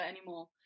anymore